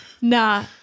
nah